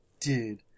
dude